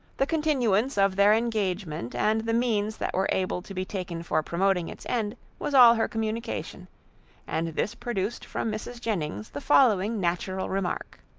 the continuance of their engagement, and the means that were able to be taken for promoting its end, was all her communication and this produced from mrs. jennings the following natural remark.